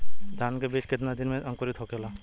धान के बिज कितना दिन में अंकुरित होखेला?